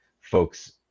Folks